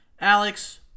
Alex